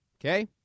Okay